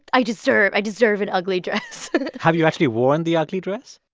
i deserve i deserve an ugly dress have you actually worn the ugly dress?